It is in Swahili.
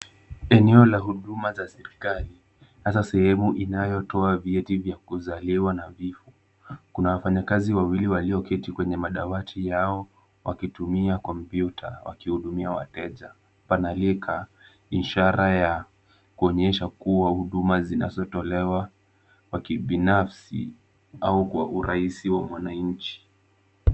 Eneo la huduma za serikali hasa sehemu inayotoa vyeti vya kuzaliwa na vifo. Kuna wafanyikazi wawili walioketi kwenye madawati yao wakitumia kompyuta, wakihudumia wateja. Pana ishara ya kuonyesha kuwa huduma zinazotolewa kwa kibinafsi au kwa urahisi wa mwananchi.